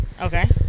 Okay